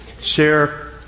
share